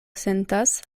sentas